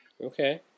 Okay